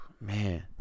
man